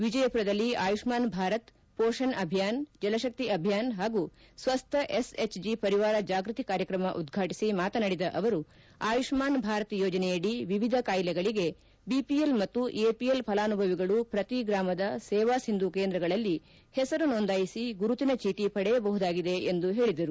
ವಿಜಯಪುರದಲ್ಲಿ ಆಯುಷ್ಠಾನ್ ಭಾರತ್ ಮೋಷಣ್ ಅಭಿಯಾನ ಜಲಶಕ್ತಿ ಅಭಿಯಾನ ಹಾಗೂ ಸ್ವಸ್ಥ ಎಸ್ಎಜ್ಜಿ ವರಿವಾರ ಜಾಗ್ಯತಿ ಕಾರ್ಯಕ್ರಮ ಉದ್ಘಾಟಿಸಿ ಮಾತನಾಡಿದ ಅವರು ಆಯುಷ್ಮಾನ್ ಭಾರತ್ ಯೋಜನೆಯಡಿ ವಿವಿಧ ಕಾಯಿಲೆಗಳಿಗೆ ಬಿಪಿಎಲ್ ಮತ್ತು ಎಪಿಎಲ್ ಫಲಾನುಭವಿಗಳು ಪ್ರತಿ ಗ್ರಾಮದ ಸೇವಾ ಸಿಂಧು ಕೇಂದ್ರಗಳಲ್ಲಿ ಹೆಸರು ನೋಂದಾಯಿಸಿ ಗುರುತಿನ ಚೀಟಿ ಪಡೆಯಬಹುದಾಗಿದೆ ಎಂದು ಹೇಳಿದರು